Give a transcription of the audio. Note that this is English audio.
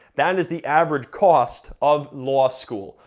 that is the average cost of law school,